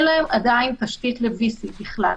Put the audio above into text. אין עדיין תשתית ל-VC בכלל.